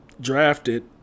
Drafted